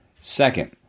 Second